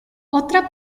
otra